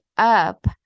up